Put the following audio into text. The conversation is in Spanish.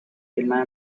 filmada